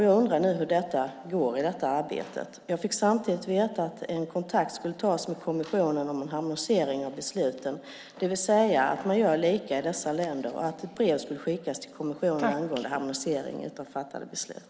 Jag undrar nu hur det går i det arbetet. Jag fick samtidigt veta att en kontakt skulle tas med kommissionen om en harmonisering av besluten, det vill säga att man gör likadant i dessa länder. Ett brev skulle skickas till kommissionen angående harmonisering av fattade beslut.